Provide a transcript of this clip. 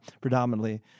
Predominantly